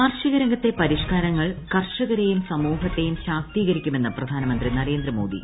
കാർഷിക രംഗത്തെ പരിഷ്ക്കാരങ്ങൾ കർഷകരെയും സമൂഹത്തെയും ശാക്തീകരിക്കുമെന്ന് പ്രധാനമന്ത്രി നരേന്ദ്രമോദി